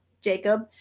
Jacob